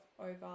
over